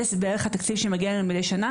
זה בערך התקציב שמגיע אלינו ממשרד החינוך מידי שנה